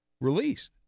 released